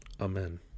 Amen